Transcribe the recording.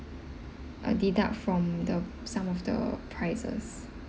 uh deduct from the sum of the prices